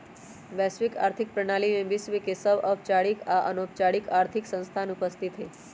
वैश्विक आर्थिक प्रणाली में विश्व के सभ औपचारिक आऽ अनौपचारिक आर्थिक संस्थान उपस्थित हइ